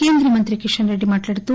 కేంద్ర మంత్రి కిషన్రెడ్డి మాట్లాడుతూ